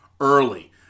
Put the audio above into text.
early